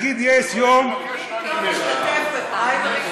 והכול בשם הדמוקרטיה, הא?